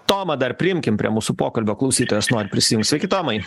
tomą dar priimkim prie mūsų pokalbio klausytojas nori prisijungt sveiki tomai